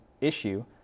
issue